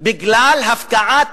בגלל הפקעת